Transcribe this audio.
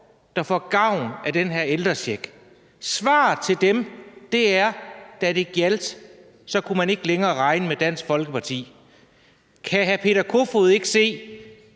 der får gavn af den her ældrecheck. Svaret til dem er: Da det gjaldt, kunne man ikke længere regne med Dansk Folkeparti. Kan hr. Peter Kofod ikke se,